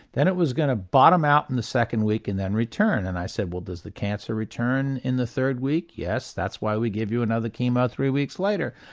then it was going to bottom out in the second week and then return. and i said well does the cancer return in the third week? yes, that's why we give you another chemo three weeks later.